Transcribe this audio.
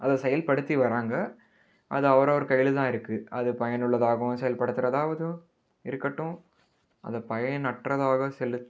அதை செயல்படுத்தி வராங்க அது அவரவர் கையில் தான் இருக்குது அது பயனுள்ளதாகவும் செயல்படுத்துகிறதாவதும் இருக்கட்டும் அதை பயனற்றதாக செலுத்